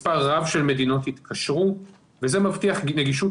מספר רב של מדינות התקשרו וזה מבטיח נגישות